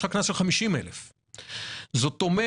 יש לך קנס של 50,000. זאת אומרת,